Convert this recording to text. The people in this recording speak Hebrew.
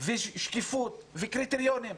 שקיפות, קריטריונים,